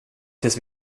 tills